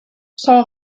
son